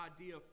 idea